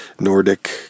Nordic